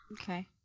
Okay